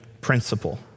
principle